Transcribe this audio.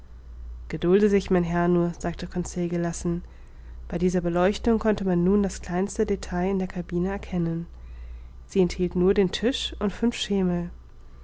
gedulde sich mein herr nur sagte conseil gelassen bei dieser beleuchtung konnte man nun das kleinste detail in der cabine erkennen sie enthielt nur den tisch und fünf schemel